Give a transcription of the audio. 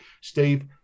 steve